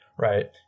Right